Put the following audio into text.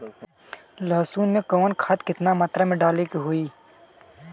लहसुन में कवन खाद केतना मात्रा में डाले के होई?